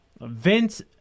Vince